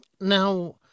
Now